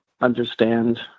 understand